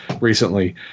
recently